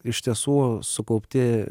iš tiesų sukaupti